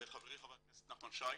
וחברי חבר הכנסת נחמן שי,